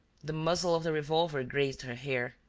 the muzzle of the revolver grazed her hair.